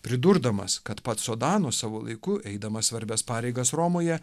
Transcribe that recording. pridurdamas kad pats sodano savo laiku eidamas svarbias pareigas romoje